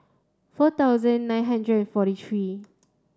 four thousand nine hundred and forty three